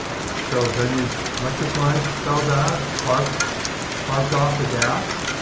so then you electric lines fell down, sparked sparked off the gas.